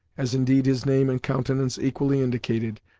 as indeed his name and countenance equally indicated,